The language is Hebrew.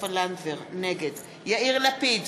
יאיר לפיד,